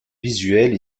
visuelle